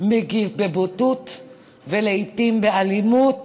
מגיב בבוטות ולעיתים באלימות,